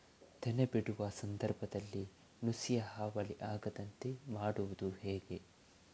ತೆನೆ ಬಿಡುವ ಸಂದರ್ಭದಲ್ಲಿ ನುಸಿಯ ಹಾವಳಿ ಆಗದಂತೆ ಮಾಡುವುದು ಹೇಗೆ?